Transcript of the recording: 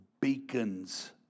Beacons